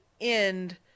end